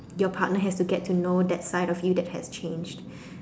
your partner has to get to know that side of you that's changed